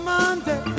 Monday